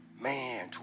man